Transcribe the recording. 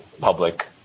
public